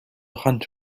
hunt